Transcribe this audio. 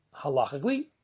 halachically